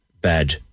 bad